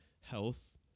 health